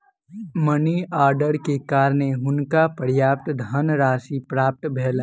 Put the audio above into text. money order के कारणें हुनका पर्याप्त धनराशि प्राप्त भेलैन